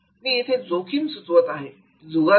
मी इथे जोखीम सुचवत आहे जुगार नाही